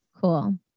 Cool